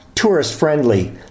tourist-friendly